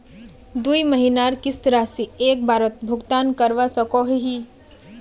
दुई महीनार किस्त राशि एक बारोत भुगतान करवा सकोहो ही?